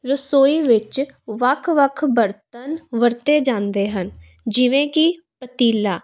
ਰਸੋਈ ਵਿੱਚ ਵੱਖ ਵੱਖ ਬਰਤਨ ਵਰਤੇ ਜਾਂਦੇ ਹਨ ਜਿਵੇਂ ਕਿ ਪਤੀਲਾ